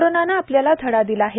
कोरोनाने आपल्याला धडा दिला आहे